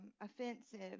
offensive